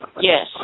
Yes